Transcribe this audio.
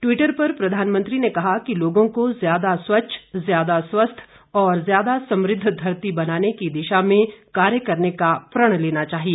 Twitter पर प्रधानमंत्री ने कहा कि लोगों को ज्यादा स्वच्छ ज्यादा स्वस्थ और ज्यादा समृद्ध धरती बनाने की दिशा में कार्य करने का प्रण लेना चाहिए